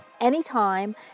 anytime